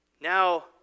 now